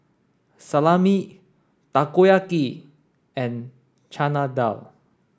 Salami Takoyaki and Chana Dal